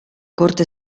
corte